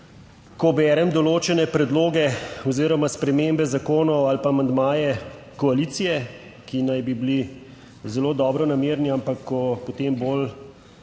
ko berem določene predloge oziroma spremembe zakonov ali pa amandmaje koalicije, ki naj bi bili zelo dobronamerni ampak, ko potem bolj